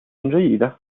جيدة